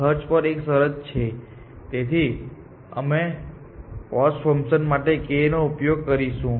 ખર્ચ પર એક શરત છે તેથી અમે કોસ્ટ ફંકશન માટે k નો ઉપયોગ કરીશું